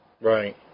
Right